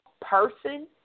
person